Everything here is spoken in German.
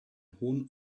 hohen